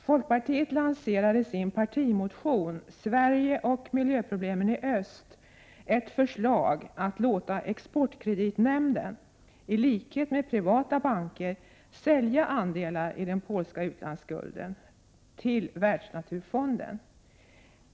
Folkpartiet lanserar i sin partimotion om Sverige och miljöproblemen i öst ett förslag om att låta exportkreditnämnden, i likhet med privata banker, sälja andelar i den polska utlandsskulden till Världsnaturfonden.